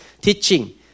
teaching